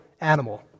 animal